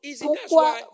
Pourquoi